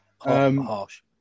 harsh